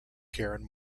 karen